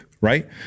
right